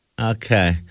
Okay